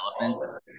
elephants